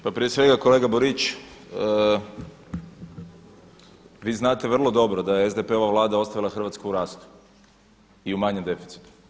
Pa prije svega kolega Borić, vi znate vrlo dobro da je SDP-ova Vlada ostavila Hrvatsku u rastu i u manjem deficitu.